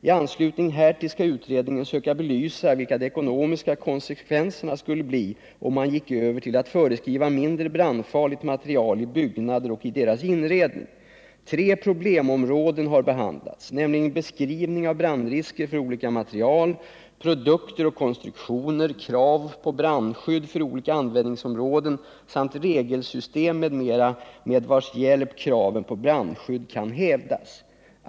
I anslutning härtill skall utredningen söka belysa vilka de ekonomiska konsekvenserna skulle bli om man gick över till att föreskriva mindre brandfarligt material i byggnader och i deras inredning. Tre problemområden har behandlats, nämligen beskrivning av brandrisker för olika material, produkter och konstruktioner, krav på brandskydd för olika användningsområden samt regelsystem m.m. med vars hjälp kraven på brandskydd kan hävdas.